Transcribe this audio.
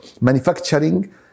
manufacturing